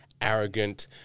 arrogant